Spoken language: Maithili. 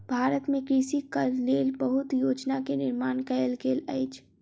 भारत में कृषकक लेल बहुत योजना के निर्माण कयल गेल अछि